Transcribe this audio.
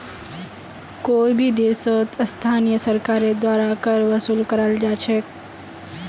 कोई भी देशत स्थानीय सरकारेर द्वारा कर वसूल कराल जा छेक